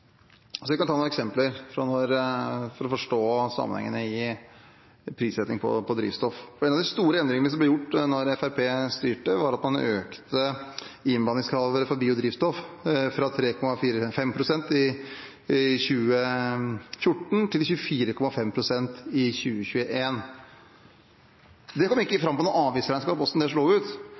kan ta noen eksempler for å forstå sammenhengene i prissetting på drivstoff. En av de store endringene som ble gjort da Fremskrittspartiet styrte, var at man økte innblandingskravet for biodrivstoff fra 3,5 pst. i 2014 til 24,5 pst. i 2021. Det kom ikke fram på noe avgiftsregnskap hvordan det slo ut,